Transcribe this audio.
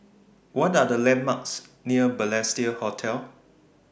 What Are The landmarks near Balestier Hotel